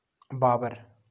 Babur